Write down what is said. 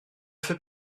fait